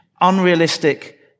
unrealistic